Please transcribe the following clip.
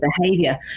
behavior